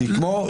שהיא כמו,